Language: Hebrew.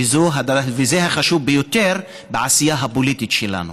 וזה החשוב ביותר בעשייה הפוליטית שלנו.